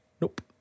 Nope